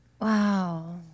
Wow